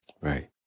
Right